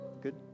Good